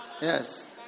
Yes